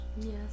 Yes